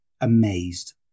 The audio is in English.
amazed